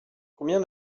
combien